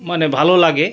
মানে ভালো লাগে